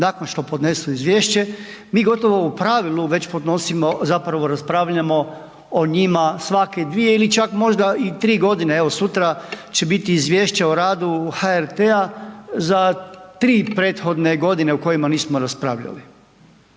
nakon što podnesu izvješće, mi gotovo u pravilu već podnosimo zapravo raspravljamo o njima svake dvije ili čak možda i tri godine, evo sutra će biti Izvješće o radu HRT za 3 prethodne godine o kojima nismo raspravljali.